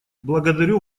благодарю